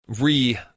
re